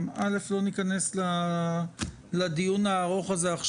ניכנס עכשיו לדיון הארוך הזה.